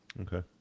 Okay